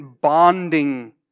bonding